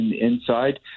inside